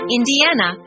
Indiana